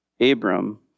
Abram